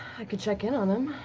could check in on him.